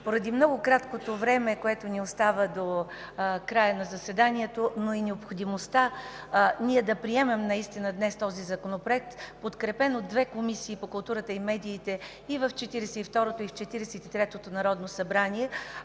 Поради много краткото време, което ни остава до края на заседанието, но и необходимостта да приемем днес този Законопроект, подкрепен от две комисии по културата и медиите и в Четиридесет и второто, и